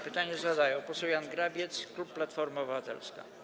Pytanie zadaje poseł Jan Grabiec, klub Platforma Obywatelska.